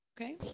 okay